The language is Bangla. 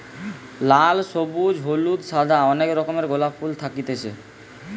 লাল, সবুজ, হলুদ, সাদা অনেক রকমের গোলাপ ফুল থাকতিছে